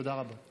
תודה רבה.